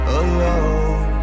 alone